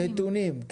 נתונים.